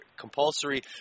compulsory